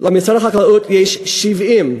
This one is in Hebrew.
למשרד החקלאות יש 70,